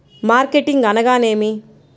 Marketing అనగానేమి?